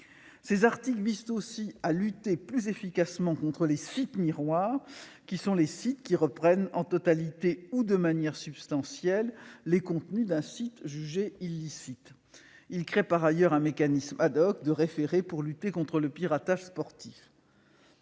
Ces articles visent aussi à lutter plus efficacement contre les sites miroirs, qui reprennent en totalité ou de manière substantielle les contenus d'un site jugé illicite. Ils créent, par ailleurs, un mécanisme de référé pour lutter contre le piratage sportif.